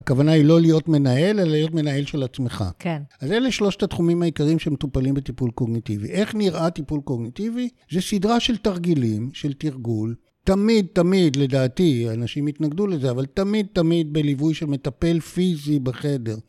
הכוונה היא לא להיות מנהל, אלא להיות מנהל של עצמך. כן. אז אלה שלושת התחומים העיקרים שמטופלים בטיפול קוגניטיבי. איך נראה טיפול קוגניטיבי? זה סדרה של תרגילים, של תרגול, תמיד, תמיד, לדעתי, אנשים יתנגדו לזה, אבל תמיד, תמיד בליווי של מטפל פיזי בחדר.